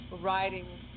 writing